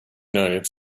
united